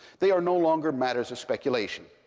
they are no longer matters of speculation.